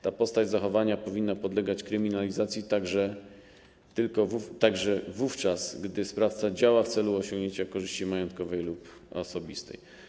Ta postać zachowania powinna podlegać kryminalizacji także wówczas, gdy sprawca działa w celu osiągnięcia korzyści majątkowej lub osobistej.